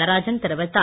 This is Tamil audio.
நடராஜன் தெரிவித்தார்